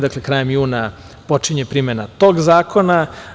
Dakle, krajem juna počinje primena tog zakona.